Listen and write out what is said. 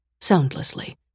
Soundlessly